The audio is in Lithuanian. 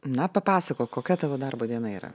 na papasakok kokia tavo darbo diena yra